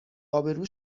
ابرو